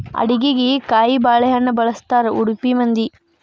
ಅಡಿಗಿಗೆ ಕಾಯಿಬಾಳೇಹಣ್ಣ ಬಳ್ಸತಾರಾ ಉಡುಪಿ ಮಂದಿ